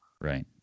Right